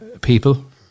people